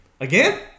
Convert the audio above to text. Again